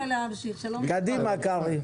קדימה, קרעי.